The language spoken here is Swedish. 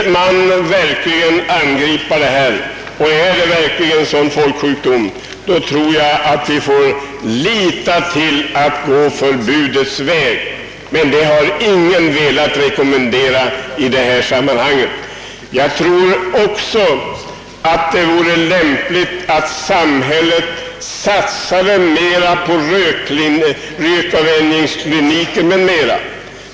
Om vi verkligen anser att detta är en folksjukdom och vill angripa problemet, anser jag att vi måste gå förbudsvägen. Ingen har emellertid velat rekommendera något sådant i detta sammanhang. Det vore lämpligt att samhället satsade mera på rökavvänjningskliniker och dylikt.